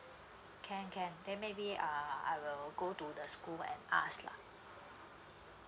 can can then maybe uh I will go to the school and ask lah